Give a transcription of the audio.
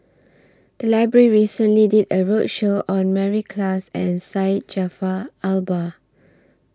The Library recently did A roadshow on Mary Klass and Syed Jaafar Albar